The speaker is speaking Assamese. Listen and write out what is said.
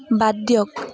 বাদ দিয়া